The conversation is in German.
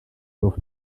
dorf